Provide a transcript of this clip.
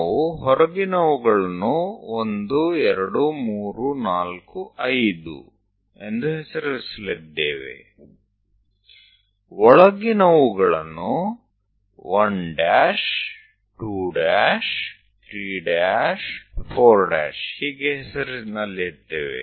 ನಾವು ಹೊರಗಿನವುಗಳನ್ನು 1 2 3 4 5 ಎಂದು ಹೆಸರಿಸಲಿದ್ದೇವೆ ಒಳಗಿನವುಗಳನ್ನು 1 ' 2' 3 ' 4' ಹೀಗೆ ಹೆಸರಿಸಲಿದ್ದೇವೆ